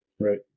Right